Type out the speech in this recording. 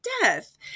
Death